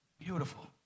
Beautiful